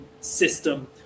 system